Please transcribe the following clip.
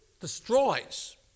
destroys